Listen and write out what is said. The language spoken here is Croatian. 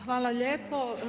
Hvala lijepa.